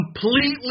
completely